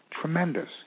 tremendous